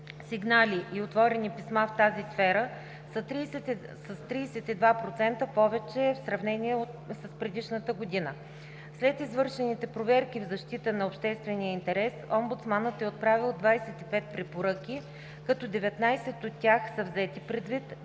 сигнали и отворени писма – в тази сфера са с 32 % повече в сравнение с предишната година. След извършените проверки в защита на обществения интерес омбудсманът е отправил 25 препоръки, като 19 от тях са взети предвид, 2 са били